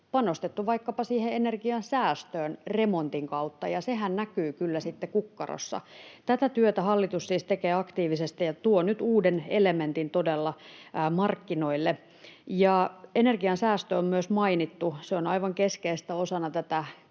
panostettu vaikkapa energiansäästöön remontin kautta, ja sehän näkyy kyllä sitten kukkarossa. Tätä työtä hallitus siis tekee aktiivisesti ja todella tuo nyt uuden elementin markkinoille. Energiansäästö on myös mainittu. Se on aivan keskeistä osana tätä